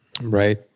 Right